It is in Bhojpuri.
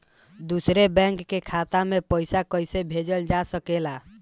दूसरे बैंक के खाता में पइसा कइसे भेजल जा सके ला?